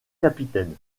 capitaine